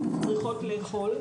צריכות לאכול,